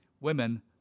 Women